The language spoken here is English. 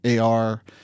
AR